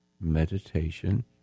meditation